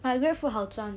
but grab food 好赚